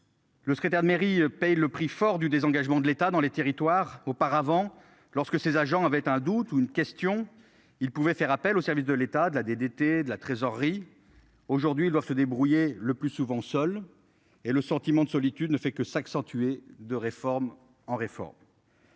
Le secrétaire de mairie paye le prix fort du désengagement de l'État dans les territoires auparavant lorsque ses agents avaient un doute ou une question il pouvait faire appel aux services de l'État de la DDT de la trésorerie. Aujourd'hui, ils doivent se débrouiller, le plus souvent seuls et le sentiment de solitude ne fait que s'accentuer. De réforme en réforme.